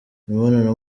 imibonano